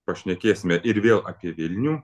pašnekėsime ir vėl apie vilnių